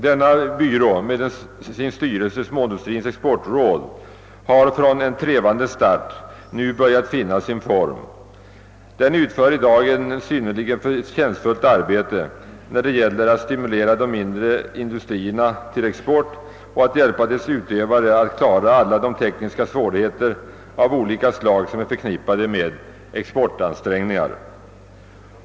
Denna byrå med sin styrelse, Småindustrins exportråd, har från en trevande start nu börjat finna sin form. Den utför i dag ett synnerligen förtjänstfullt arbete när det gäller att stimulera de mindre industrierna till export och att hjälpa deras företrädare att klara alla de tekniska svårigheter av olika slag som är förknippade med exportansträngningar.